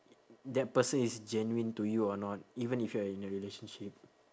that person is genuine to you or not even if you are in a relationship